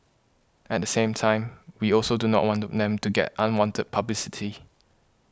at the same time we also do not want to them to get unwanted publicity